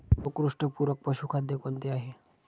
सर्वोत्कृष्ट पूरक पशुखाद्य कोणते आहे?